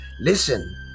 Listen